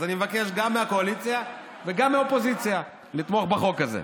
אז אני מבקש גם מהקואליציה וגם מהאופוזיציה לתמוך בחוק הזה.